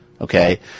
okay